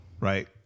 Right